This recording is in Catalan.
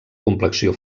complexió